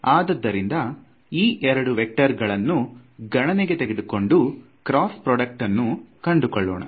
ಅದದ್ದರಿಂದ ಈ ಎರಡು ವೇಕ್ಟರ್ ಗಳನ್ನು ಗಣನೆಗೆ ತೆಗೆದುಕೊಂಡು ಕ್ರಾಸ್ ಪ್ರೊಡ್ಯೂಕ್ಟ್ ಅನ್ನು ಕಂಡುಕೊಳ್ಳೋಣ